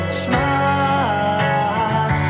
smile